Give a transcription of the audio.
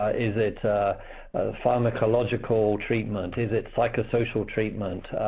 is it pharmacological treatment? is it psychosocial treatment?